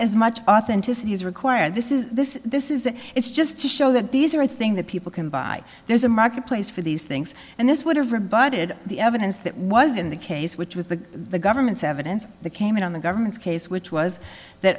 as much authenticity is required this is this this is it's just to show that these are things that people can buy there's a marketplace for these things and this would have rebutted the evidence that was in the case which was the the government's evidence came in on the government's case which was that